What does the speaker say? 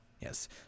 Yes